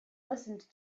listened